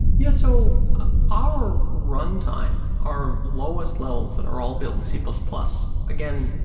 yeah, so ah our run time, our lowest levels that are all built in c plus plus. again,